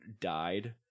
died